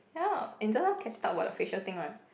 ya and just now Catharine talk about the facial thing right